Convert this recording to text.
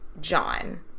John